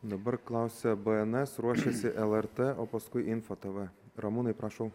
dabar klausia bns ruošiasi lrt o paskui info tv ramūnai prašau